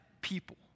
people